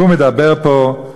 והוא מדבר פה,